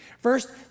First